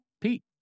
Pete